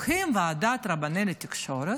אתם לוקחים את ועדת הרבנים לתקשורת,